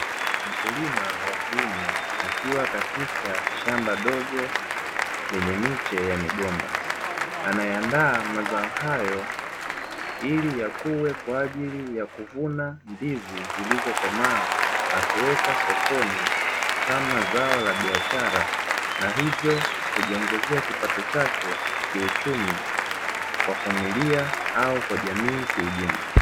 Mkulima wa kiume akiwa katika shamba dogo lenye miche ya migomba anaandaa mazao hayo ili yakue kwa ajili ya kuvuna ndizi zilizokomaa na kuwekwa sokoni kama zao la biashara, na hivyo kujiongezea kipato chake kiuchumi kwa familia au kwa jamii kiujumla.